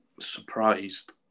Surprised